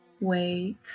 Wait